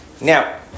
Now